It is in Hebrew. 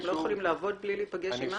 הם לא יכולים לעבוד בלי להיפגש עם מאכערים?